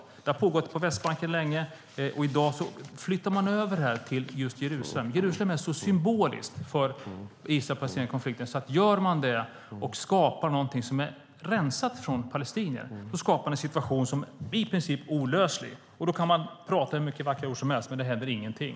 Detta har pågått länge på Västbanken, och i dag flyttar man över det till Jerusalem. Jerusalem är så symboliskt för Israel-Palestina-konflikten att om man gör så här och skapar någonting som är rensat från palestinier skapar man en situation som blir i princip olöslig. Då kan man tala och säga hur många vackra ord som helst, men det händer ingenting.